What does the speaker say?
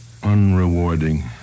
unrewarding